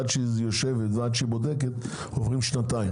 עד שהיא יושבת ועד שהיא בודקת עוברות שנתיים.